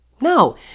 No